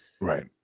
Right